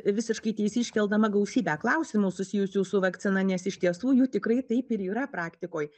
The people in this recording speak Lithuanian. visiškai teisi iškeldama gausybę klausimų susijusių su vakcina nes iš tiesų jų tikrai taip ir yra praktikoj